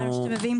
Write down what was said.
אני מדבר על